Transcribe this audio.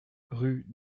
rue